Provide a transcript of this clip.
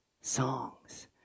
songs